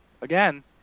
again